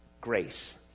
grace